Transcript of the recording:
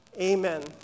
amen